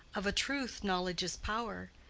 of a truth, knowledge is power,